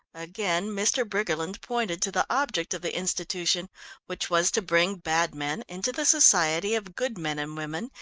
again mr. briggerland pointed to the object of the institution which was to bring bad men into the society of good men and women,